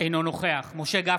אינו נוכח משה גפני,